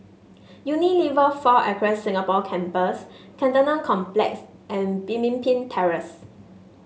Unilever Four Acres Singapore Campus Cantonment Complex and Pemimpin Terrace